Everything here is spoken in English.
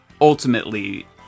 ultimately